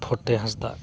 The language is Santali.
ᱵᱷᱚᱴᱮ ᱦᱟᱸᱥᱫᱟ